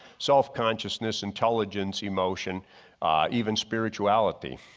self-consciousness, intelligence, emotion even spirituality